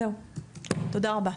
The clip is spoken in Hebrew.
זהו תודה רבה.